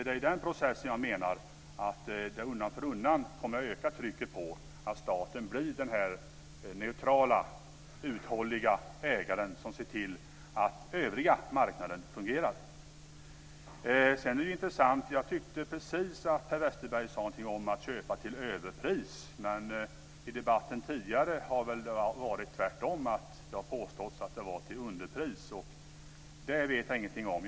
Det är i den processen jag menar att detta undan för undan kommer att öka trycket på staten att bli den neutrala, uthålliga ägaren som ser till att den övriga marknaden fungerar. Sedan tyckte jag precis, vilket är intressant, att jag hörde Per Westerberg säga någonting om att köpa till överpris. I debatten tidigare har det väl tvärtom påståtts att det var till underpris. Det vet jag ingenting om.